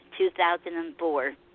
2004